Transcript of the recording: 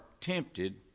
tempted